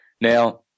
Now